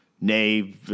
Nay